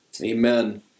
Amen